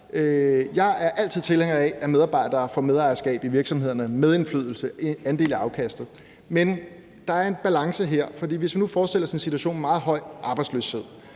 jeg altid er tilhænger af, at medarbejdere får medejerskab i virksomhederne, medindflydelse og en andel af afkastet. Men der er en balance her, for hvis vi nu forestiller os en situation med meget høj arbejdsløshed